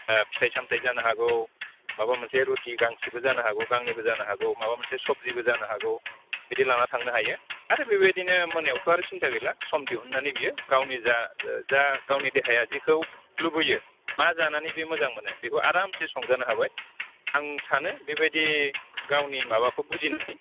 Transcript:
फिथाइ सामथाय जानो हागौ माबा मोनसे रुटि गांसेबो जानो हागौ गांनैबो जानो हागौ माबा मोनसे सब्जिबो जानो हागौ बिदि लाना थांनो हायो आरो बेबायदिनो मोनायावथ' आरो सिन्था गैला सम दिहुननानै बियो गावनि जा गावनि देहाया जिखौ लुबैयो मा जानानै बे मोजां मोनो बेखौ आरामसे संजानो हाबाय आं सानो बेबायदि गावनि माबाखौ बुजिनानै